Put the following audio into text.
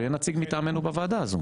ואין נציג מטעמנו בוועדה הזו.